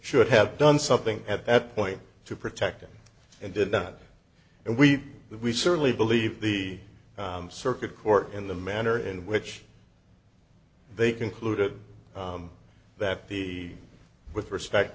have done something at that point to protect him and did not and we we certainly believe the circuit court in the manner in which they concluded that the with respect